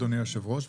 אדוני היושב-ראש,